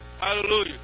Hallelujah